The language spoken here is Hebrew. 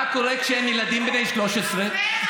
מה קורה כשהם ילדים בני 13 ו-12?